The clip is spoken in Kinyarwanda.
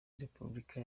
republika